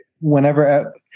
whenever